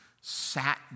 sat